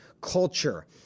culture